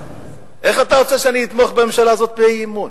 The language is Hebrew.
איך אתה רוצה שאני אתמוך בממשלה הזאת באי-אמון,